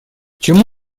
чему